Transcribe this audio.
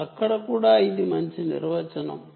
దానికి ఒక మంచి నిర్వచనం ఉంది